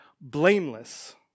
blameless